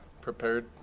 prepared